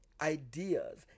ideas